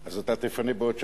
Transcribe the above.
אז אתה תפנה בעוד שעתיים?